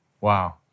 wow